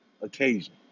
Occasion